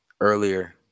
earlier